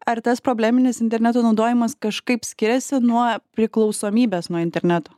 ar tas probleminis interneto naudojimas kažkaip skiriasi nuo priklausomybės nuo interneto